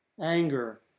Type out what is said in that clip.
Anger